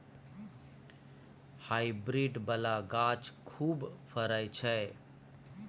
hybrid बला गाछ खूब फरइ छै